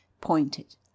pointed